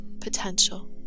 potential